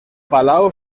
palau